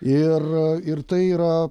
ir ir tai yra